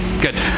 Good